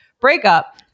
breakup